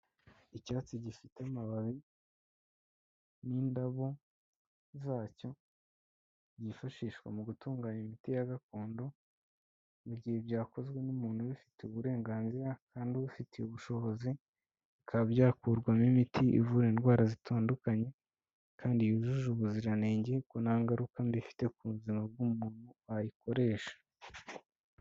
Icyatsi gifite amababi n'indabo zacyo, byifashishwa mu gutunganya imiti ya gakondo mu gihe byakozwe n'umuntu ubifitiye uburenganzira kandi ubifitiye ubushobozi, bikaba byakurwamo imiti ivura indwara zitandukanye kandi yujuje ubuziranenge kuko nta ngaruka mbi ifite ku buzima bw'umuntu wayikoresha.